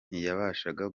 ntiyabashaga